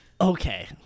Okay